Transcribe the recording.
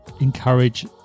encourage